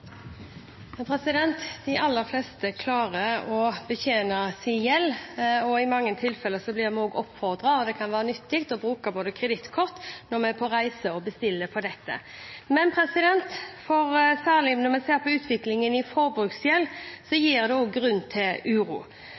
Men det er positivt med bevegelse på feltet. De aller fleste klarer å betjene sin gjeld. I mange tilfeller blir man oppfordret til – og det kan også være nyttig – å bruke kredittkort når man er på reise, og når man bestiller på nettet. Særlig når man ser på utviklingen i forbruksgjeld, gir det grunn til uro.